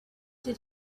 did